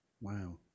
wow